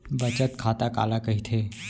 बचत खाता काला कहिथे?